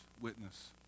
witness